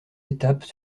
étapes